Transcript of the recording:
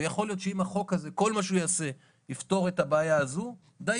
יכול להיות שאם כל מה שהחוק הזה יעשה זה לפתור את הבעיה הזו - דיינו.